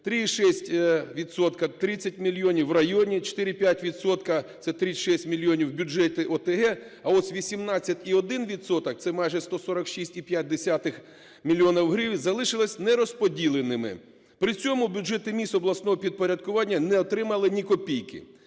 30 мільйонів – в районні; 4,5 відсотки, це 36 мільйонів – в бюджети ОТГ, а ось 18,1 відсоток – це майже 146,5 мільйонів гривень залишилися нерозподіленими. При цьому бюджети міст обласного підпорядкування не отримали ні копійки.